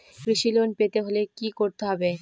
কৃষি লোন পেতে হলে কি করতে হবে?